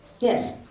Yes